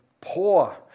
poor